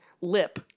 lip